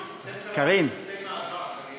זה מסי מעבר.